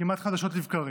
כמעט חדשות לבקרים.